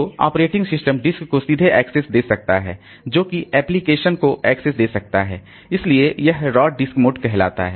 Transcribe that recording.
तो operating system disk को सीधे एक्सेस दे सकता है जो कि एप्लीकेशन को एक्सेस दे सकता है इसलिए यह रॉ डिस्क मोड कहलाता है